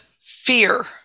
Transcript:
fear